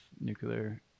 nuclear